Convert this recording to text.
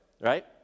right